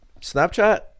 snapchat